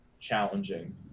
challenging